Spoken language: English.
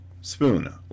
Spoon